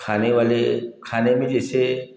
खाने वाले खाने में जिससे